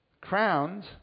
crowned